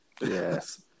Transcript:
Yes